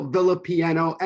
Villapiano